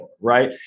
Right